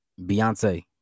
Beyonce